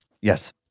Yes